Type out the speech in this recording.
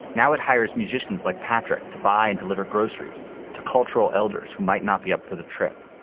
now it hires musicians like patrick to buy and deliver groceries to cultural elders who might not be up for the trip.